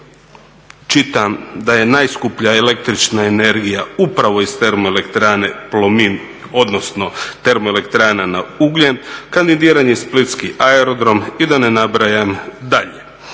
čitam da je najskuplja električna energija upravo iz Termoelektrane Plomin, odnosno termoelektrana na ugljen, kandidiran je i splitski aerodrom i da ne nabrajam dalje.